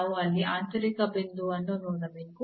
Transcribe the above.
ನಾವು ಅಲ್ಲಿ ಆಂತರಿಕ ಬಿಂದುವನ್ನು ನೋಡಬೇಕು